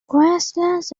grasslands